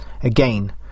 Again